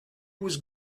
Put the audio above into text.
was